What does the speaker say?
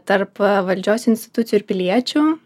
tarp valdžios institucijų ir piliečių